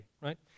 right